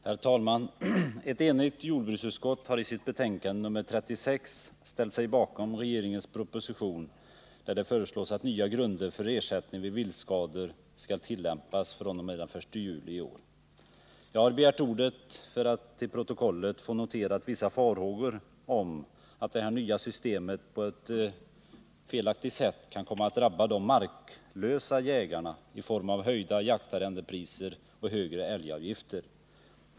Herr talman! Jordbruksutskottet har i sitt betänkande nr 36 ställt sig bakom regeringens proposition, där det föreslås att nya grunder för ersättning vid viltskador skall tillämpas fr.o.m. den 1 juli i år. Jag har begärt ordet för att till protokollet få notera vissa farhågor om att det nya systemet på ett felaktigt sätt kan komma att drabba de marklösa jägarna i form av höjda jaktarrendepriser och älgavgifter.